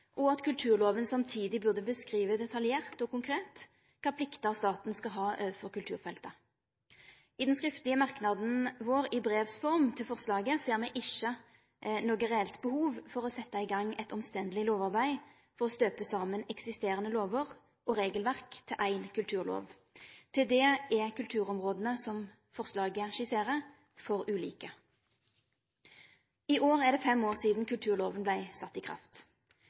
og at kulturloven samtidig burde beskrive detaljert og konkret kva plikter staten skal ha overfor kulturfeltet. I den skriftlege merknaden vår, i brevs form, til forslaget ser me ikkje noko reelt behov for å setje i gang eit omstendeleg lovarbeid for å støype saman eksisterande lovar og regelverk til ein kulturlov. Til det er kulturområda som forslaget skisserer, for ulike. I år er det fem år sidan kulturloven vart sett i kraft.